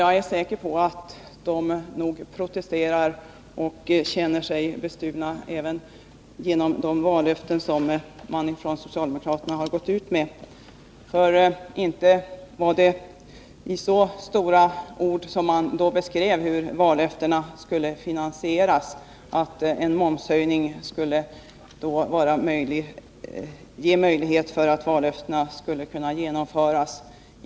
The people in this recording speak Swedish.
Jag är säker på att de protesterar och känner sig bestulna även genom de vallöften som socialdemokraterna har gått ut med, för inte var det i så stora ord som man under valrörelsen beskrev hur vallöftena skulle finansieras eller att en momshöjning var ett villkor för att vallöftena skulle kunna genomföras.